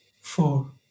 four